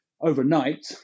overnight